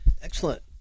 Excellent